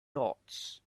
dots